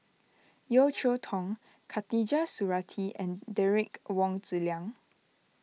Yeo Cheow Tong Khatijah Surattee and Derek Wong Zi Liang